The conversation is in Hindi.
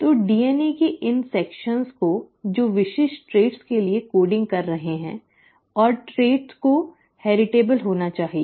तो DNA के इन वर्गों को जो विशिष्ट ट्रेट के लिए कोडिंग कर रहे हैं और ट्रेट को हेरिटॅबॅल होना चाहिए